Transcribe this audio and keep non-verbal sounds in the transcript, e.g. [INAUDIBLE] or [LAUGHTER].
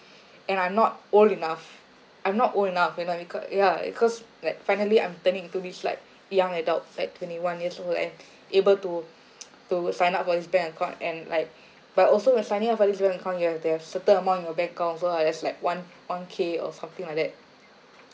and I'm not old enough I'm not old enough you know what I mean ca~ ya it cause like finally I'm turning into this like young adult like twenty one years old and able to [NOISE] to sign up for this bank account and like but also when signing up for this bank account you have to have certain amount in your bank account also lah that's like one one K or something like that